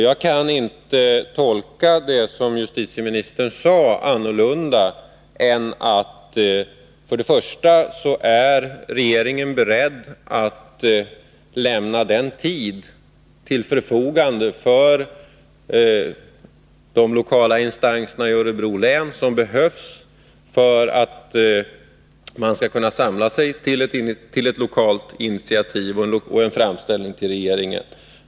Jag kan inte tolka det som justitieministern sade annat än på följande sätt. För det första är regeringen beredd att ställa den tid till förfogande som de lokala instanserna i Örebro län behöver, för att de skall kunna samla sig till ett lokalt initiativ och för en framställning till regeringen.